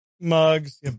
mugs